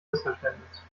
missverständnis